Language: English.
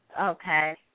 Okay